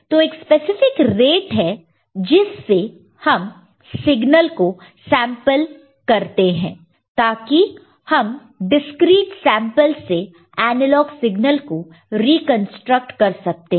तो एक specific rate है जिससे हमें सिग्नल को सैंपल करना होगा ताकि हम डिस्क्रीट सैंपल्स से एनालॉग सिग्नल को रिकंस्ट्रक्ट कर सकते हैं